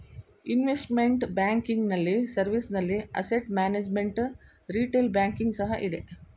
investment banking ನಲ್ಲಿ service ನಲ್ಲಿ asset management, retail banking ಸಹ ಇದೆ